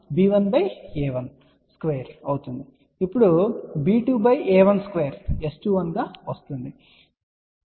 ఇది ఇప్పుడు b2 a1 square S21 గా వస్తుంది